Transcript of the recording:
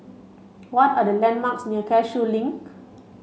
what are the landmarks near Cashew Link